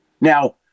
Now